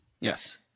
yes